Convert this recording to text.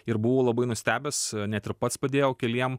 ir buvau labai nustebęs net ir pats padėjau keliem